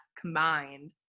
combined